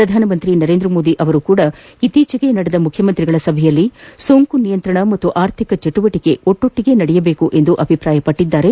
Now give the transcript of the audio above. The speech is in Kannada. ಪ್ರಧಾನಮಂತ್ರಿ ನರೇಂದ್ರಮೋದಿ ಅವರೂ ಸಹ ಇತ್ತೀಚೆಗೆ ನಡೆದ ಮುಖ್ಯಮಂತ್ರಿಗಳ ಸಭೆಯಲ್ಲಿ ಸೋಂಕು ನಿಯಂತ್ರಣ ಹಾಗೂ ಆರ್ಥಿಕ ಚಟುವಟಿಕೆಗಳು ಒಟ್ಟೊಟ್ಟಿಗೆ ನಡೆಯಬೇಕೆಂದು ಅಭಿಪ್ರಾಯಪಟ್ಟದ್ದಾರೆ